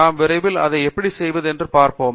நாம் விரைவில் அதை எப்படி செய்வது என்று பார்ப்போம்